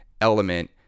element